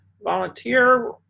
volunteer